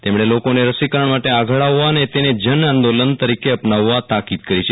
તેમણે લોકોને રસીકરણ માટે આગળ આવવા અને તેને જન આંદોલન તરીકે અપનાવવા તાકીદ કરી છે